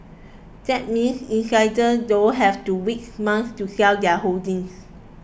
that means insiders don't have to wait months to sell their holdings